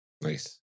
nice